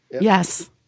Yes